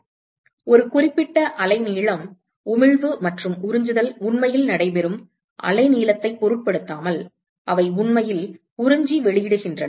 எனவே ஒரு குறிப்பிட்ட அலைநீளம் உமிழ்வு மற்றும் உறிஞ்சுதல் உண்மையில் நடைபெறும் அலைநீளத்தைப் பொருட்படுத்தாமல் அவை உண்மையில் உறிஞ்சி வெளியிடுகின்றன